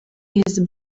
jest